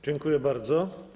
Dziękuję bardzo.